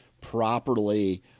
properly